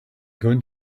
going